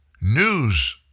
news